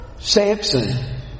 Samson